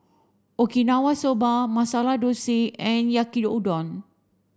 okinawa soba Masala Dosa and Yaki udon